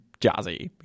jazzy